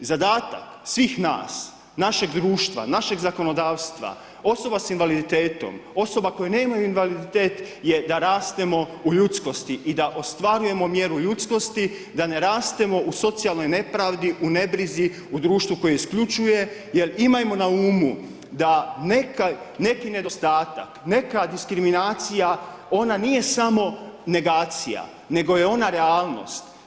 Zadatak svih nas, našeg društva, našeg zakonodavstva, osoba s invaliditetom, osoba koja nemaju invaliditet je da rastemo u ljudskosti i da ostvarujemo mjeru ljudskosti, da ne rastemo u socijalnoj nepravdi, u nebrizi u društvu koje isključuje, jer imajmo na umu, da neki nedostatak, neka diskriminacija, ona nije samo negacija, nego je ona realnost.